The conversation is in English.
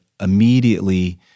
immediately